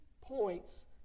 points